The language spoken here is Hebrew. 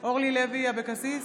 בהצבעה אורלי לוי אבקסיס,